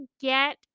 get